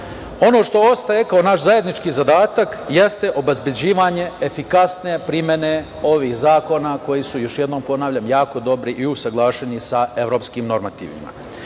što ostaje kao naš zajednički zadatak jeste obezbeđivanje efikasne primene ovih zakona koji su, još jednom ponavljam, jako dobri i usaglašeni sa evropskim normativima. Na